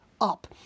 up